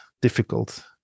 difficult